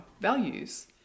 values